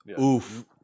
Oof